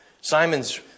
Simon's